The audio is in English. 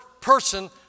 person